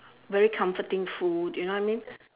very comforting food you know what I mean